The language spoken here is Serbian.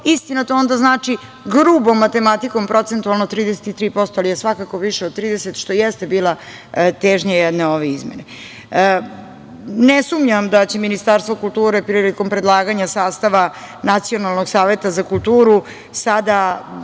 Istina, to onda znači, grubo matematikom, procentualno 33%, ali je svakako više od 30%, što jeste bila težnja ove izmene. Ne sumnjam da će Ministarstvo kulture prilikom predlaganja sastava Nacionalnog saveta za kulturu sada